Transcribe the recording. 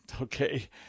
okay